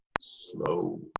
slow